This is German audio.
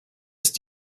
ist